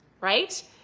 right